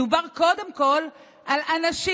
מדובר קודם כול על האנשים,